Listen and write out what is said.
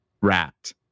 rat